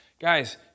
Guys